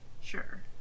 Sure